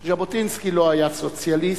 ז'בוטינסקי לא היה סוציאליסט,